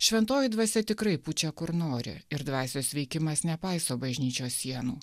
šventoji dvasia tikrai pučia kur nori ir dvasios veikimas nepaiso bažnyčios sienų